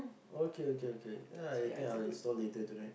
okay okay okay then I think I will install later tonight